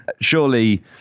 surely